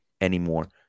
anymore